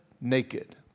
naked